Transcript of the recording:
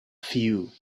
few